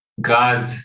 God